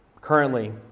Currently